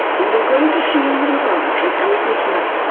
we were going to see in the laboratory how it was made,